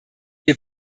wir